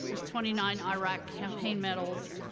there's twenty nine iraq campaign medals,